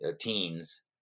teens